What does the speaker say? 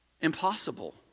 impossible